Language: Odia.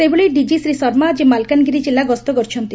ସେହିଭଳି ଡିଜି ଶ୍ରୀ ଶର୍ମା ଆକି ମାଲକାନଗିରି ଜିଲ୍ଲା ଗସ୍ତ କରିଛନ୍ତି